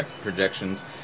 projections